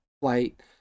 flight